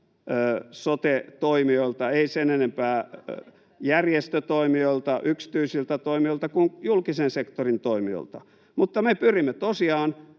emme sen enempää järjestötoimijoilta, yksityisiltä toimijoilta kuin julkisen sektorin toimijoilta, mutta me pyrimme tosiaan